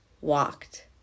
walked